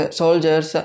soldiers